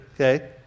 okay